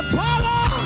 power